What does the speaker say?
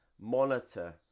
monitor